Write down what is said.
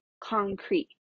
concrete